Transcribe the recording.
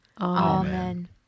Amen